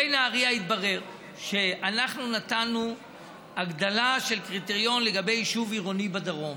על נהריה התברר שאנחנו נתנו הגדלה של קריטריון של יישוב עירוני בדרום